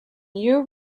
year